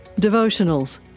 devotionals